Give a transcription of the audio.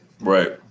Right